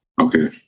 Okay